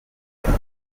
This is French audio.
par